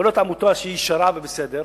יכולה להיות עמותה שהיא ישרה ובסדר,